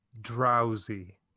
Drowsy